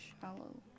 shallow